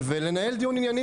ולנהל דיון ענייני,